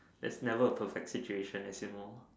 that's never a perfect situation as you know